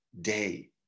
day